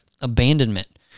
abandonment